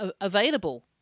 available